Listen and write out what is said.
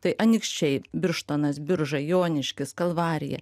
tai anykščiai birštonas biržai joniškis kalvarija